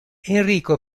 enrico